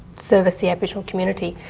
service the aboriginal community.